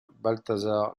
balthazar